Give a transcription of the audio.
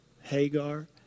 Hagar